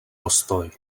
postoj